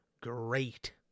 great